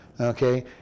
okay